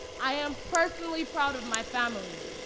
i am personally proud of my family.